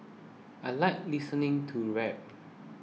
I like listening to rap